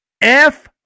F-